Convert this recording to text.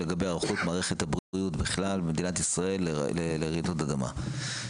לגבי היערכות מערכת הבריאות בכלל במדינת ישראל לרעידות אדמה.